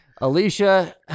Alicia